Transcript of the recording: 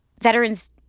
veterans